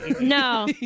No